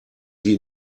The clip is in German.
sie